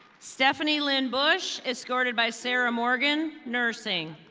stephanie lynn bush, escorted by sarah morgan, nursing.